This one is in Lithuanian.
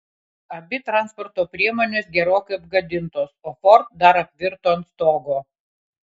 abi transporto priemonės gerokai apgadintos o ford dar apvirto ant stogo